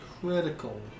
Critical